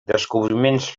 descobriments